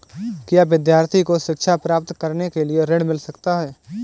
क्या विद्यार्थी को शिक्षा प्राप्त करने के लिए ऋण मिल सकता है?